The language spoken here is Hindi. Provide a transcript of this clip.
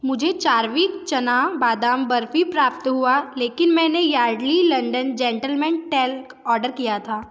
मुझे चारविक चना बादाम बर्फी प्राप्त हुआ लेकिन मैंने Yardley London gentleman talc order किया था